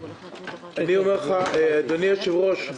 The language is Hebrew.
אדוני היושב-ראש,